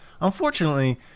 unfortunately